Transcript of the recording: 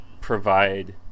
provide